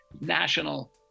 national